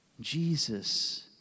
Jesus